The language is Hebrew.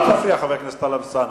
אל תפריע, חבר הכנסת טלב אלסאנע.